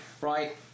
right